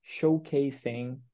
showcasing